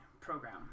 program